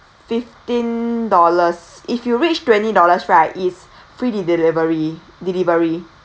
fifteen dollars if you reach twenty dollars right it's free delivery delivery